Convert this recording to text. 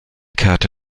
kehrte